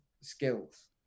skills